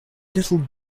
little